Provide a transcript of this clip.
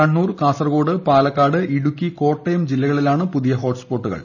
കണ്ണൂർ കാസർഗോഡ് പാലക്കാട് ഇടുക്കി ക്കോട്ട്യം ജില്ലകളിലാണ് പുതിയ ഹോട്ട്സ്പോട്ടുകൾ